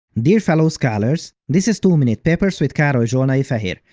dear fellow scholars, this is two minute papers with karoly zsolnai-feher.